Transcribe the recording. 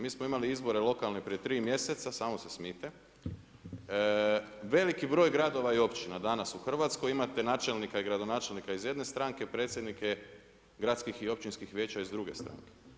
Mi smo imali izbore lokalne prije 3 mjeseca, samo se smijte, veliki broj gradova i općina danas u Hrvatskoj, imate načelnika i gradonačelnika iz jedne stranke, predsjednike gradskih i općinskih vijeća iz druge stranke.